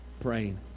praying